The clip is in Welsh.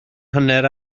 hanner